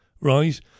right